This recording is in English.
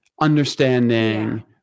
understanding